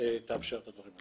תאפשר את הדברים האלה.